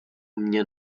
mně